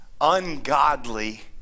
ungodly